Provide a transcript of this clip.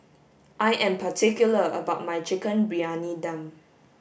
I am particular about my chicken Briyani Dum